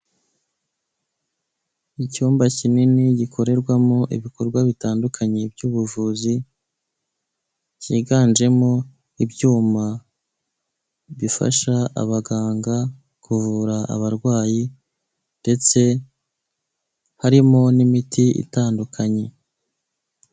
Icyumba kinini gikorerwamo ibikorwa bitandukanye by'ubuvuzi kiganjemo ibyuma bifasha abaganga kuvura abarwayi ndetse harimo n'imiti itandukanye.